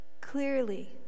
Clearly